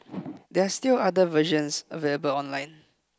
there are still other versions available online